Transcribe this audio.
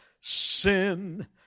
sin